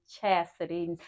chastity